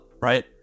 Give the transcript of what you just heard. right